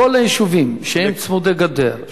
כל היישובים שהם צמודי גדר,